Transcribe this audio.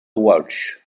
walsh